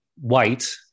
white